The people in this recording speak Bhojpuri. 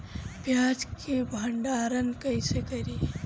प्याज के भंडारन कईसे करी?